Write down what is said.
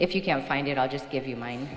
if you can find it i'll just give you mine